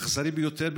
אכזרי ביותר,